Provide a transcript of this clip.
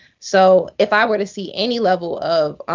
so if i were to see any level of